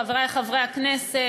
חברי חברי הכנסת,